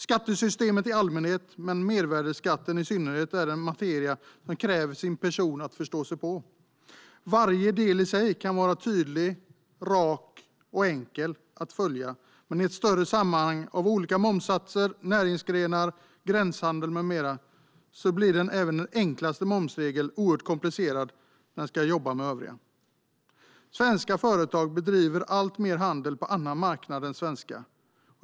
Skattesystemet i allmänhet men mervärdesskatten i synnerhet är en materia som kräver sin person för att förstå. Varje del i sig kan vara tydlig, rak och enkel att följa. Men i ett större sammanhang av olika momssatser, näringsgrenar, gränshandel med mera blir även den enklaste momsregel oerhört komplicerad när den ska jobba med övriga. Svenska företag bedriver alltmer handel på annan marknad än den svenska.